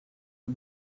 her